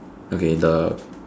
okay the